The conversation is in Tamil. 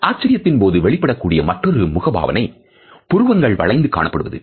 ஆச்சரியத்தின் போது வெளிப்படக்கூடிய மற்றொரு முகபாவனை புருவங்கள் வளைந்து காணப்படுவது